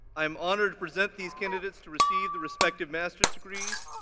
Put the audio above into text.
i am honored to present these candidates to receive their respective master's degrees.